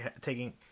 taking